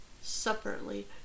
separately